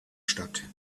stadt